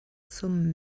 zum